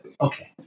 Okay